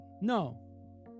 No